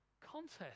contest